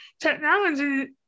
technology